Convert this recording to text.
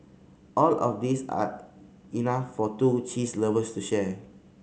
all of these are enough for two cheese lovers to share